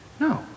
No